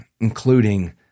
including